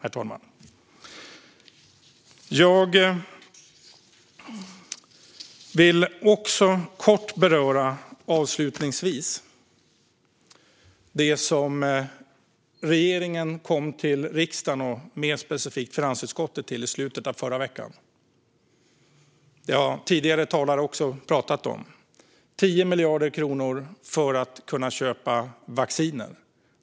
Avslutningsvis vill jag kort beröra det förslag som regeringen kom till riksdagen, mer specifikt finansutskottet, med i slutet av förra veckan. Tidigare talare har också talat om det. Det handlar om 10 miljarder kronor för att kunna köpa vaccinen.